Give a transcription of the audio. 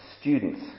students